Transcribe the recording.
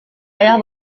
ayah